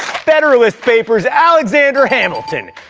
federalist papers. alexander hamilton.